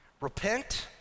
repent